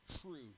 true